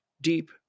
deep